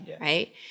Right